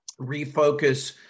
refocus